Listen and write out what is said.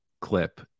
clip